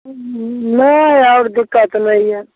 नहि आओर दिक्कत नहि हइ